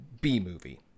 B-movie